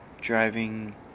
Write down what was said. driving